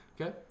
Okay